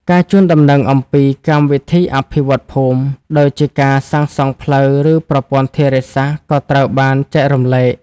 ការជូនដំណឹងអំពី កម្មវិធីអភិវឌ្ឍន៍ភូមិ ដូចជាការសាងសង់ផ្លូវ ឬប្រព័ន្ធធារាសាស្រ្តក៏ត្រូវបានចែករំលែក។